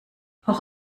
auch